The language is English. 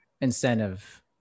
incentive